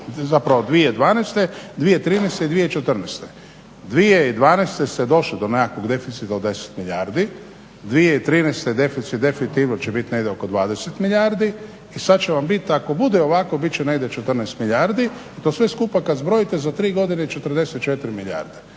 dug 2012., 2013. i 2014. 2012. ste došli do nekakvog deficita od 10 milijardi, 2013. deficit definitivno će biti negdje oko 20 milijardi i sada će vam biti ako bude ovako biti će negdje 14 milijardi. I to sve skupa kada zbrojite za 3 godine 44 milijarde.